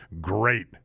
great